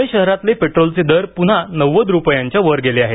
पुणे शहरातले पेट्रोलचे दर पुन्हा नव्वद रुपयांच्या वर गेले आहेत